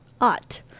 ought